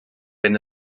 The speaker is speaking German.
wenn